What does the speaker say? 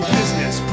business